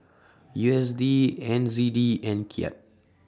U S D N Z D and Kyat